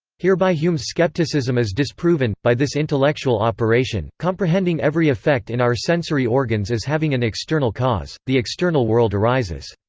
hereby hume's skepticism is disproven by this intellectual operation, comprehending every effect in our sensory organs as having an external cause, the external world arises.